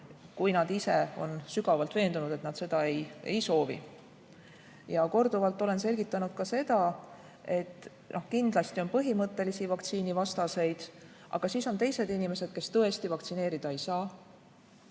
kui nad ise on sügavalt veendunud, et nad seda ei soovi. Korduvalt olen selgitanud ka seda, et kindlasti on põhimõttelisi vaktsiinivastaseid, aga on ka teised inimesed, kes tõesti vaktsineerida ei saa.